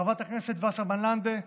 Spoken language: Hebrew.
חברת הכנסת וסרמן לנדה,